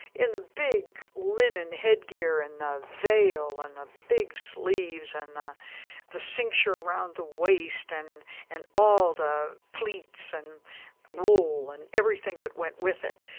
in the big linen headgear and the veil and the big sleeves and the the cincture around the waist and and all the pleats and wool and everything that went with it.